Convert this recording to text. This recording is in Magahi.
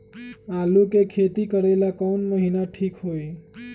आलू के खेती करेला कौन महीना ठीक होई?